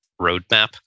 roadmap